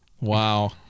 Wow